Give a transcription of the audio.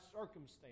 circumstance